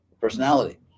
personality